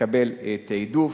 מקבל תעדוף.